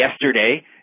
yesterday